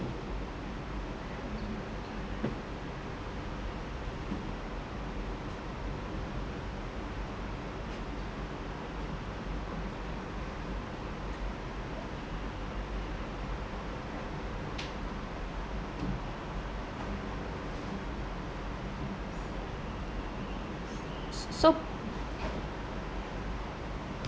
s~so